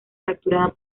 capturada